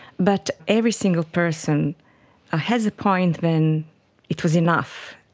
but every single person ah has a point when it was enough,